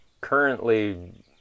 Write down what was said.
currently